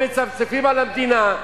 הם מצפצפים על המדינה.